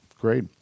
Great